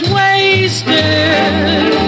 wasted